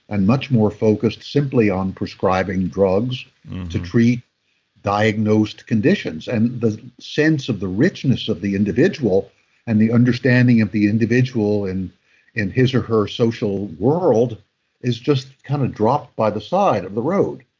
and much more focused simply on prescribing drugs to treat diagnosed conditions. and the sense of the richness of the individual and the understanding of the individual in in his or her social world is just kind of dropped by the side of the road.